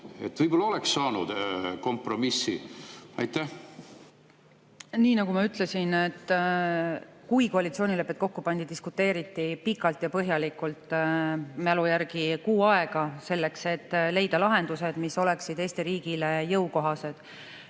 võib-olla oleks saanud kompromissi? Aitäh,